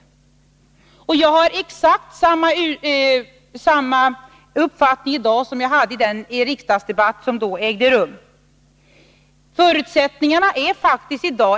Jag har i dag precis samma uppfattning som jag hade i den riksdagsdebatt som ägde rum 1980.